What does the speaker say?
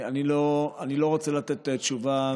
אני לא רוצה לתת תשובה